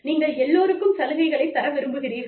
நீங்கள் எல்லோருக்கும் சலுகைகளைத் தர விரும்புகிறீர்கள்